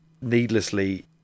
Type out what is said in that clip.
needlessly